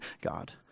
God